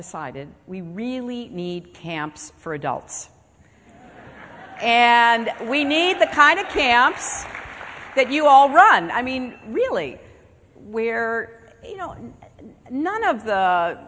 decided we really need camps for adults and we need the kind of camps that you all run i mean really where you know none of the